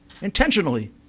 intentionally